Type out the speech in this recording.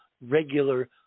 regular